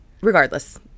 regardless